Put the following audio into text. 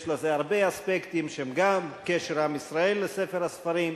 יש לזה הרבה אספקטים שהם גם הקשר של עם ישראל לספר הספרים,